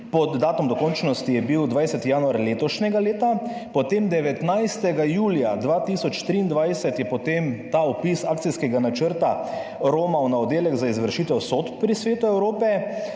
dni, datum dokončnosti je bil 20. januar letošnjega leta, 19. julija 2023 je potem ta opis akcijskega načrta romal na oddelek za izvršitev sodb pri Svetu Evrope.